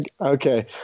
Okay